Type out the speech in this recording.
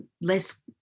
less